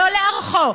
לא לארחו,